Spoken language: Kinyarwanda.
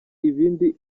ibindi